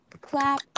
Clap